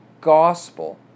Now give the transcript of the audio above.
gospel